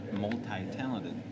multi-talented